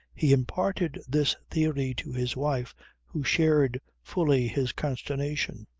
he imparted this theory to his wife who shared fully his consternation.